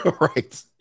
Right